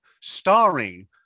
starring